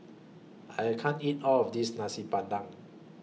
I can't eat All of This Nasi Padang